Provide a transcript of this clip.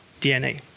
DNA